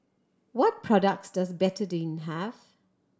what products does Betadine have